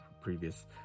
previous